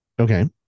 Okay